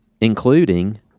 including